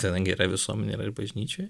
kadangi yra visuomenėje yra ir bažnyčioje